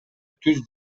түз